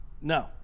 No